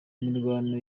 imirwano